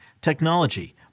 technology